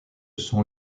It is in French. sont